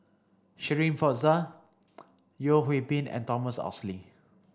Shirin Fozdar Yeo Hwee Bin and Thomas Oxley